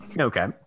Okay